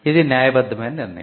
ఇది న్యాయబద్ధమైన నిర్ణయం